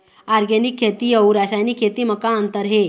Organic खेती अउ रासायनिक खेती म का अंतर हे?